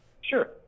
Sure